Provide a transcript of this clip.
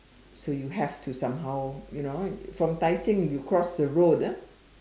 so you have to somehow you know from Tai Seng you cross the road ah